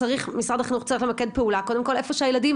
משרד החינוך צריך למקד פעולה קודם כל איפה שהילדים